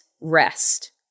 rest